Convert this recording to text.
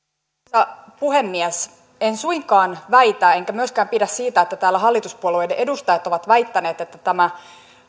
arvoisa puhemies en suinkaan väitä enkä myöskään pidä siitä että täällä hallituspuolueiden edustajat ovat väittäneet että tämä